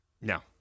No